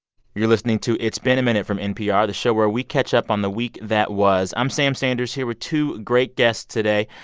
you're listening to it's been a minute from npr, the show where we catch up on the week that was. i'm sam sanders here with two great guests today.